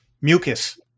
mucus